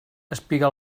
espiga